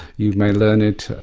you may learn it